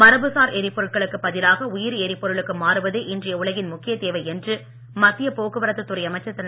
மரபுசார் எரிபொருட்களுக்கு பதிலாக உயிரி எரிபொருளுக்கு மாறுவதே இன்றைய உலகின் முக்கியத் தேவை என்று மத்திய போக்குவரத்து துறை அமைச்சர் திரு